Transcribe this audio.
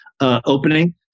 opening